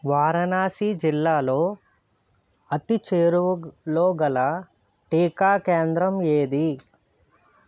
వారణాసి జిల్లాలో అతి చేరువలోగల టీకా కేంద్రం ఏది